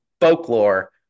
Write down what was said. folklore